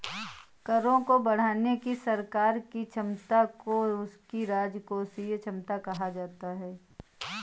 करों को बढ़ाने की सरकार की क्षमता को उसकी राजकोषीय क्षमता कहा जाता है